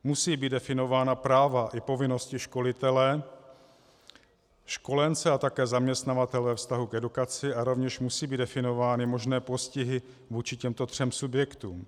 Musí být definována práva i povinnosti školitele, školence a také zaměstnavatele ve vztahu k edukaci a rovněž musí být definovány možné postihy vůči těmto třem subjektům.